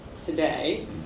today